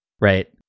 right